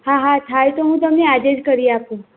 હા હા થાય તો હું તમને આજે જ કરી આપું